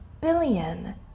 billion